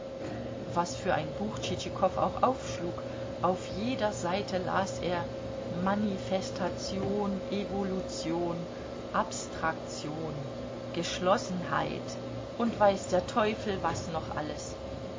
was für ein buch tschitschikow auch aufschlug auf jeder seite las er manifestation evolution abstraktion geschlossenheit und weiß der teufel was noch alles